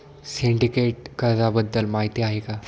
Syndicate कर्जाबद्दल माहिती आहे का?